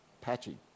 Patchy